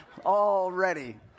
already